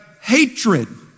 hatred